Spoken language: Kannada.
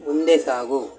ಮುಂದೆ ಸಾಗು